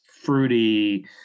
fruity